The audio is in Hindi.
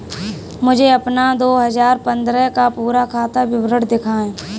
मुझे अपना दो हजार पन्द्रह का पूरा खाता विवरण दिखाएँ?